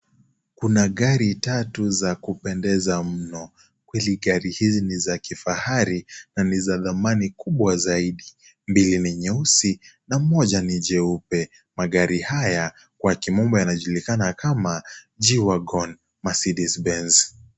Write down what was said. Kuna gari tatu za kupendeza mno. Gari hizi ni za kifahari na ni za dhamani kubwa zaidi. Mbili ni nyeusi na moja ni jeupe. Magari haya kwa kimombo yanajulikana kama (cs)G wagon Mercedes Benz (cs).